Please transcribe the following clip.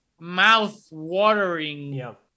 mouth-watering